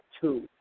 two